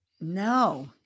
No